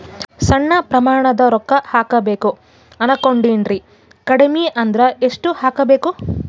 ಸಣ್ಣ ಪ್ರಮಾಣದ ರೊಕ್ಕ ಹಾಕಬೇಕು ಅನಕೊಂಡಿನ್ರಿ ಕಡಿಮಿ ಅಂದ್ರ ಎಷ್ಟ ಹಾಕಬೇಕು?